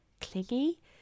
clingy